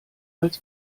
als